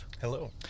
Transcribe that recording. hello